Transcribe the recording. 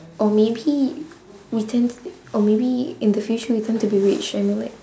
or maybe we tend or maybe in the future we tend to be rich and then like